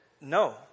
no